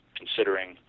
considering